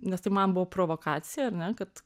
nes tai man buvo provokacija ar ne kad